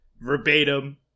verbatim